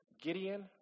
Gideon